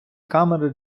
камери